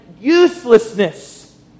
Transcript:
uselessness